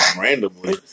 randomly